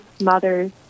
mothers